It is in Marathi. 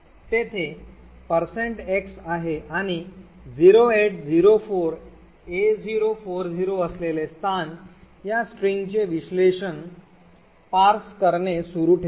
तेथे x आहे आणि 0804a040 असलेले स्थान या स्ट्रिंगचे विश्लेषण करणे सुरू ठेवेल